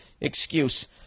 excuse